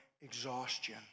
exhaustion